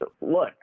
Look